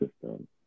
system